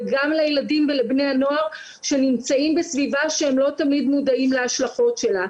וגם לילדים ולבני הנוער שנמצאים בסביבה שהם לא תמיד מודעים להשלכות שלה.